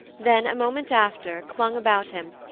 then, a moment after, clung about him,